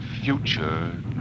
future